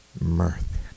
Mirth